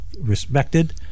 respected